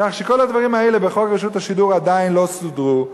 כך שכל הדברים האלה בכל רשות השידור עדיין לא סודרו.